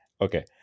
Okay